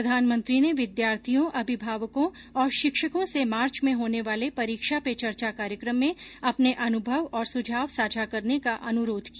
प्रधानमंत्री ने विद्यार्थियों अभिभावकों और शिक्षकों से मार्च में होने वाले परीक्षा पे चर्चा कार्यक्रम में अपने अनुभव और सुझाव साझा करने का अनुरोध किया